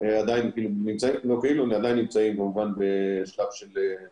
עדיין --- ועדיין נמצאים בשלב שיש פה